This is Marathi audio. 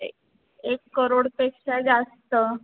एक एक करोडपेक्षा जास्त